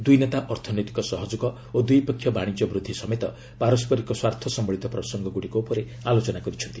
ଦୁଇ ନେତା ଅର୍ଥନୈତିକ ସହଯୋଗ ଓ ଦ୍ୱିପକ୍ଷୀୟ ବାଶିଜ୍ୟ ବୃଦ୍ଧି ସମେତ ପାରସ୍କରିକ ସ୍ୱାର୍ଥ ସମ୍ଭଳିତ ପ୍ରସଙ୍ଗଗୁଡ଼ିକ ଉପରେ ଆଲୋଚନା କରିଛନ୍ତି